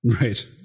Right